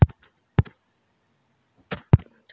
मडूया के और कौनो जाति के बियाह होव हैं?